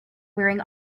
wearing